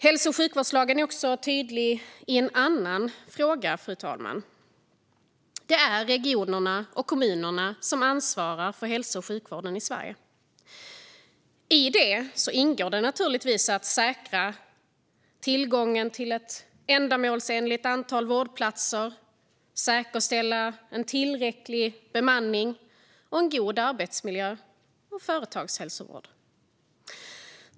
Hälso och sjukvårdslagen är också tydlig i en annan fråga, fru talman: Det är regionerna och kommunerna som ansvarar för hälso och sjukvården i Sverige. I det ingår naturligtvis att säkra tillgången till ett ändamålsenligt antal vårdplatser och att säkerställa en tillräcklig bemanning, en god arbetsmiljö och företagshälsovård.